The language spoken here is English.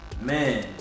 man